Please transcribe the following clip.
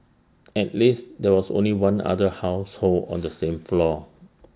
at least there was only one other household on the same floor